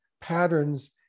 patterns